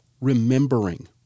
remembering